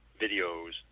videos